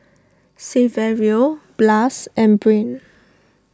Saverio Blas and Brain